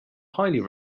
highly